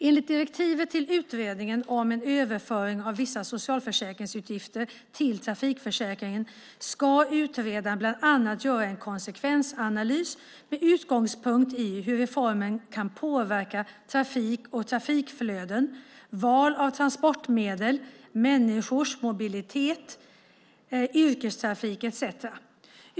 Enligt direktiven till utredningen om en överföring av vissa socialförsäkringsutgifter till trafikförsäkringen ska utredaren bland annat göra en konsekvensanalys med utgångspunkt i hur reformen kan påverka trafik och trafikflöden, val av transportmedel, människors mobilitet, yrkestrafik etcetera.